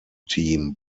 team